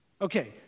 okay